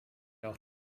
auch